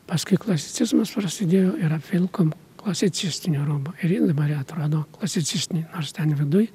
paskui klasicizmas prasidėjo ir apvilkom klasicistiniu rūbu ir jin dabar atrodo klasicistinė nors ten viduj